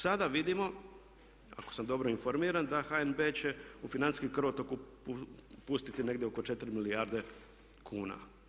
Sada vidimo ako sam dobro informiran da HNB će u financijskom krvotoku pustiti negdje oko 4 milijarde kuna.